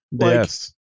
Yes